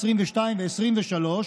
העשרים-ושתיים והעשרים-ושלוש,